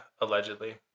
Allegedly